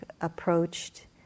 approached